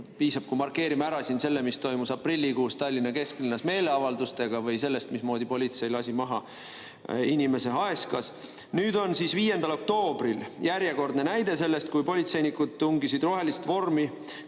Piisab, kui markeerime ära selle, mis toimus aprillikuus Tallinna kesklinnas meeleavaldustel, või selle, mismoodi politsei lasi maha ühe inimese Haeskas. Nüüd on siis 5. oktoobrist järjekordne näide sellest, kui politseinikud tungisid rohelist vormi